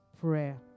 prayer